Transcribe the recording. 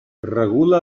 regula